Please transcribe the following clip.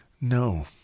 No